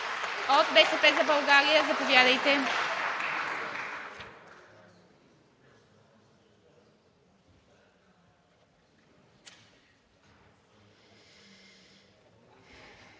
От „БСП за България“? Заповядайте.